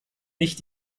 nicht